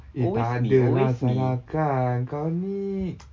eh takde lah salahkan kau ni